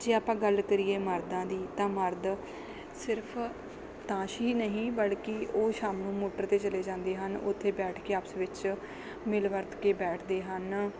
ਜੇ ਆਪਾਂ ਗੱਲ ਕਰੀਏ ਮਰਦਾਂ ਦੀ ਤਾਂ ਮਰਦ ਸਿਰਫ ਤਾਸ਼ ਹੀ ਨਹੀਂ ਬਲਕਿ ਉਹ ਸ਼ਾਮ ਨੂੰ ਮੋਟਰ 'ਤੇ ਚਲੇ ਜਾਂਦੇ ਹਨ ਉੱਥੇ ਬੈਠ ਕੇ ਆਪਸ ਵਿੱਚ ਮਿਲ ਵਰਤ ਕੇ ਬੈਠਦੇ ਹਨ